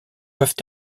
peuvent